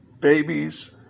babies